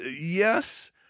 yes